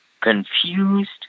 confused